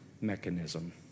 mechanism